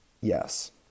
yes